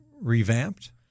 revamped